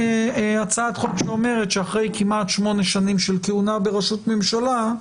הצעת חוק שאומרת שאחרי כמעט שמונה שנים של כהונה בראשות ממשלה,